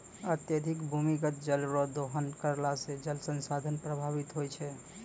अत्यधिक भूमिगत जल रो दोहन करला से जल संसाधन प्रभावित होय छै